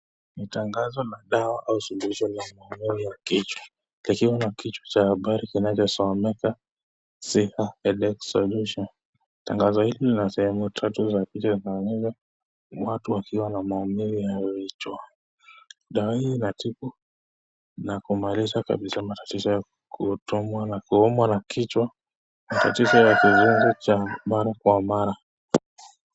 Ni tangazo la dawa au suluhisho la maumivu ya kichwa likiwa na kichwa cha habari kinachosoma, Siha Headache Solution . Tangazo hili lina sehemu tatu za picha zinazoonyesha watu wakiwa na maumivu ya vichwa. Dawa hii inatibu na kumaliza kabisa matatizo ya kutomwa na kuumwa na kichwa, tatizo ya kizunguzungu cha mara kwa mara.